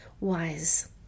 wise